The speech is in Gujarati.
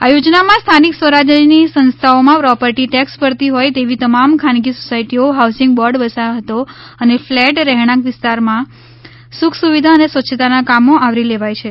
આ યોજનામાં સ્થાનિક સ્વરાજ્યની સંસ્થાઓમાં પ્રોપર્ટી ટેક્ષ ભરતી હોય તેવી તમામ ખાનગી સોસાયટીઓ હાઉસીંગ બોર્ડ વસાહતો અને ફલેટ રહેણાંક વિસ્તારમાં સુખ સુવિધા અને સ્વચ્છતાના કામો આવરી લેવાય છે